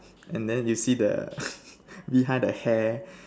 and then you see the behind the hair